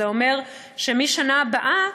זה אומר שמהשנה הבאה,